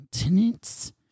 maintenance